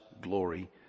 glory